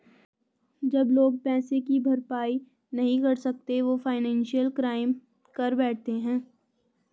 जब लोग पैसे की भरपाई नहीं कर सकते वो फाइनेंशियल क्राइम कर बैठते है